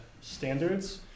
standards